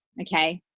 Okay